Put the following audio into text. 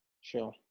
Sure